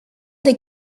des